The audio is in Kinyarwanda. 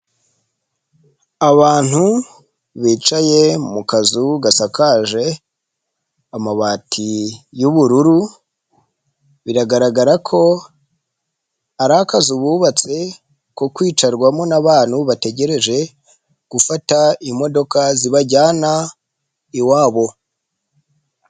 Abantu bicaye mu kazu gasakaje amabati y'ubururu, biragaragara ko ari akazu bubatse ko kwicarwamo n'abantu bategereje gufata imodoka zibajyana iwabo.